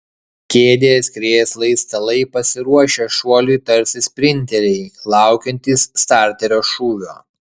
kėdės krėslai stalai pasiruošę šuoliui tarsi sprinteriai laukiantys starterio šūvio